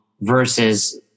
versus